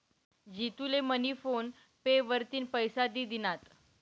जितू ले मनी PhonePe वरतीन पैसा दि दिनात